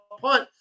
punt